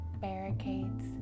barricades